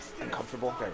Uncomfortable